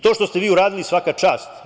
To što ste vi uradili svaka čast.